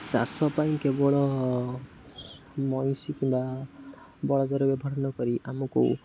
ଚାଷ ପାଇଁ କେବଳ ମଇଁଷି କିମ୍ବା ବଳଦର ବ୍ୟବହାର ନ କରି ଆମକୁ